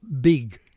big